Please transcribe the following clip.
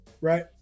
right